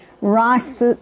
rice